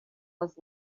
was